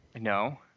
No